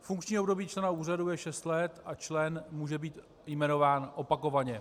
Funkční období člena úřadu je šest let a člen může být jmenován opakovaně.